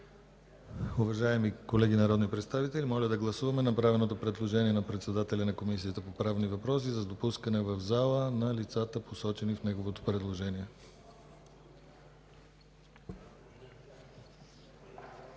Уважаеми колеги народни представители, моля да гласуваме направеното предложение на председателя на Комисията по правни въпроси за допускане в залата на лицата, посочени в неговото предложение.